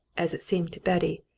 as it seemed to betty,